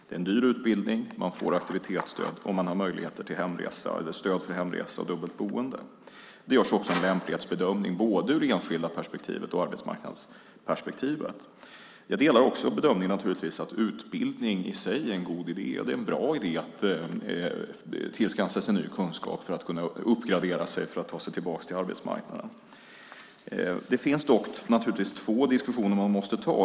Det är en dyr utbildning, man får aktivitetsstöd och man får stöd till hemresor och dubbelt boende. Det görs också en lämplighetsbedömning ur både det enskilda perspektivet och arbetsmarknadsperspektivet. Jag delar bedömningen att utbildning i sig är en god idé. Det är bra att tillskansa sig ny kunskap för att ta sig tillbaka till arbetsmarknaden. Det finns dock två diskussioner man måste ta.